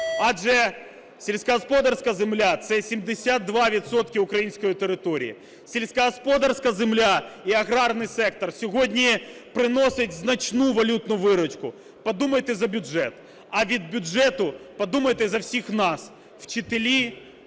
адже сільськогосподарська земля – це 72 відсотки української території. Сільськогосподарська земля і аграрний сектор сьогодні приносять значну валютну виручку. Подумайте за бюджет, а від бюджету подумайте за всіх нас: вчителі,